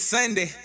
Sunday